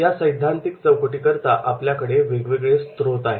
या सैद्धांतिक चौकटी करता आपल्याकडे वेगवेगळे स्त्रोत आहेत